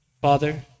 Father